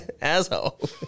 Asshole